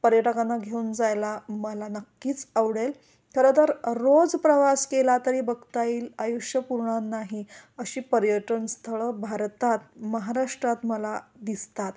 पर्यटकांना घेऊन जायला मला नक्कीच आवडेल खरतर रोज प्रवास केला तरी बघता येईल आयुष्य पुरणार नाही अशी पर्यटन स्थळं भारतात महाराष्ट्रात मला दिसतात